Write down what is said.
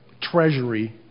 treasury